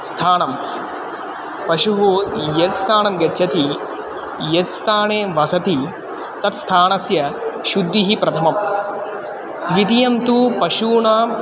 स्थानं पशुः यत् स्थानं गच्छति यत् स्थाने वसति तत् स्थानस्य शुद्धिः प्रथमं द्वितीयं तु पशूनाम्